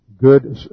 good